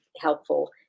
helpful